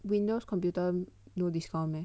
Windows computer no discount meh